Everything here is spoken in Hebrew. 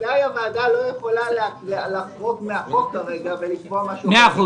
בוודאי הוועדה לא יכולה לחרוג מן החוק כרגע ולקבוע משהו אחר.